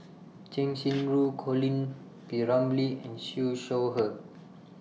Cheng Xinru Colin P Ramlee and Siew Shaw Her